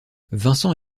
vincent